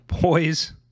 boys